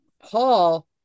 paul